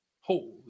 Holy